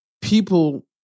people